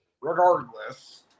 Regardless